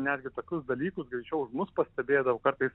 netgi tokių dalykų dažniau už mus pastebėdavo kartais